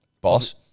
Boss